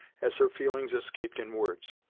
as her feelings escaped in words.